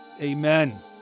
amen